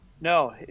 No